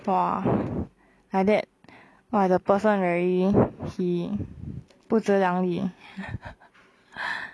!wah! like that !wah! the person very he 不自量力